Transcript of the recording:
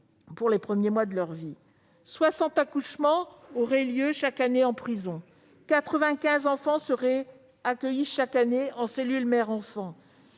dans les premiers mois de leur vie. Environ 60 accouchements auraient lieu chaque année en prison et 95 enfants seraient accueillis chaque année en cellule « mère-enfant